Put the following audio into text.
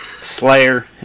Slayer